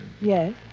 Yes